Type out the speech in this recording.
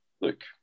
look